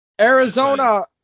Arizona